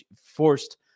forced